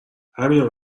همینو